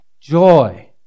joy